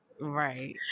right